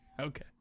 okay